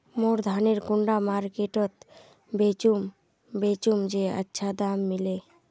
मोर धानेर कुंडा मार्केट त बेचुम बेचुम जे अच्छा दाम मिले?